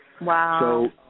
Wow